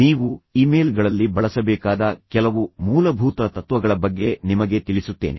ನೀವು ಇಮೇಲ್ ಗಳಲ್ಲಿ ಬಳಸಬೇಕಾದ ಕೆಲವು ಮೂಲಭೂತ ತತ್ವಗಳ ಬಗ್ಗೆ ನಿಮಗೆ ತಿಳಿಸುತ್ತೇನೆ